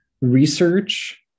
research